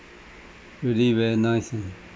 really very nice eh